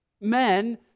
men